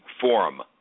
forum